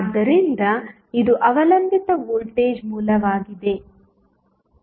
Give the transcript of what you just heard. ಆದ್ದರಿಂದ ಇದು ಅವಲಂಬಿತ ವೋಲ್ಟೇಜ್ ಮೂಲವಾಗಿದೆ